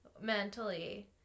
mentally